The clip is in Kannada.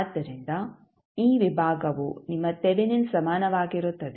ಆದ್ದರಿಂದ ಈ ವಿಭಾಗವು ನಿಮ್ಮ ತೆವೆನಿನ್ ಸಮಾನವಾಗಿರುತ್ತದೆ